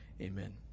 amen